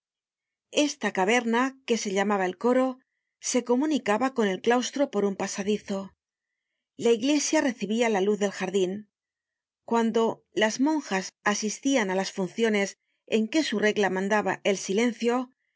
esta caverna que se llamaba el coro se comunicaba con el claustro por un pasadizo la iglesia recibia la luz del jardin cuando las monjas asistian ú las funciones en que su regla mandaba el silencio